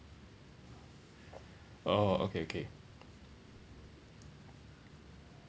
orh okay okay